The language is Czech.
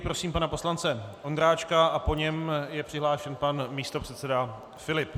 Prosím pana poslance Ondráčka a po něm je přihlášen pan místopředseda Filip.